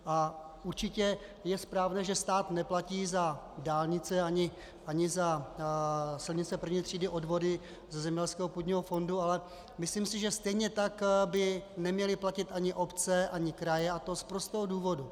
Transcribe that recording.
A určitě je správné, že stát neplatí za dálnice ani za silnice první třídy odvody ze zemědělského půdního fondu, ale myslím si, že stejně tak by neměly platit ani obce ani kraje, a to z prostého důvodu.